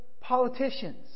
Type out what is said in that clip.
politicians